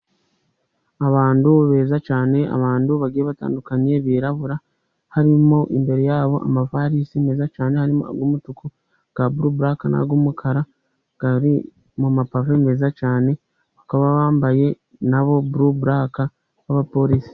Abantu beza cyane, abantu bagiye batandukanye birabura, harimo imbere yabo amavarisi meza cyane, harimo ay'umutuku ya buruburaka n'ay'umukara ari mu mapave meza cyane, bakaba bambaye nabo buruburaka n'abapolisi.